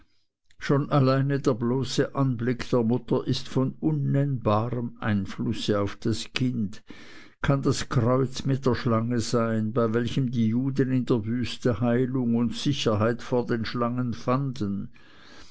schon alleine der bloße anblick der mutter ist von unnennbarem einflusse auf das kind kann das kreuz mit der schlange sein bei welchem die juden in der wüste heilung und sicherheit vor den schlangen fanden